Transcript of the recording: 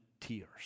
tears